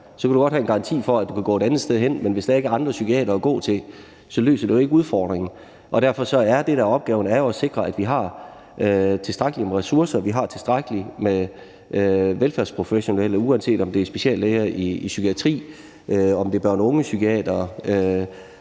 Så kan du godt have en garanti for, at du kan gå et andet sted hen, men hvis der ikke er andre psykiatere at gå til, løser det jo ikke udfordringen. Derfor er det, der er opgaven, jo at sikre, at vi har tilstrækkeligt med ressourcer, at vi har tilstrækkeligt med velfærdsprofessionelle, uanset om det er speciallæger i psykiatrien, om det er børn- og ungepsykiatere,